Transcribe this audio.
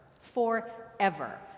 Forever